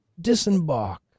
disembark